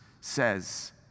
says